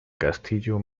castillo